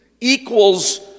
equals